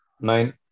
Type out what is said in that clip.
Nine